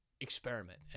experiment